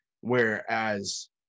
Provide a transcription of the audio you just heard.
Whereas